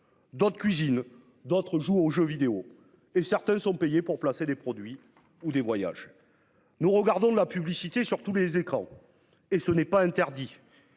d'autres cuisine d'autres jouent aux jeux vidéo et certains sont payés pour placer des produits ou des voyages. Nous regardons de la publicité sur tous les écrans. Et ce n'est pas interdit.